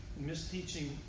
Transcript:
misteaching